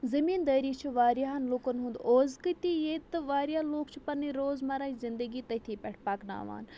زٔمیٖندٲری چھِ واریاہَن لُکَن ہُنٛد عوزکہٕ تہِ ییٚتہِ تہٕ واریاہ لوٗکھ چھِ پَنٕنۍ روزمَرہ زندگی تٔتھی پٮ۪ٹھ پَکناوان